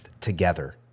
together